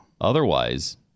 Otherwise